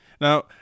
Now